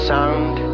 Sound